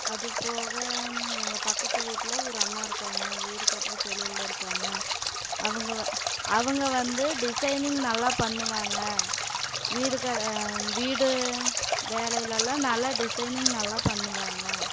அதுபோக எங்கள் பக்கத்து வீட்டில் ஒரு அண்ணா இருக்காங்க வீடு கட்டுற தொழிலில் இருக்காங்க அவங்க அவங்க வந்து டிசைனிங் நல்லா பண்ணுவாங்க வீடு வீடு வேலையிலெல்லாம் நல்லா டிசைனிங் நல்லா பண்ணுவாங்க